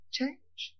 change